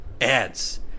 ads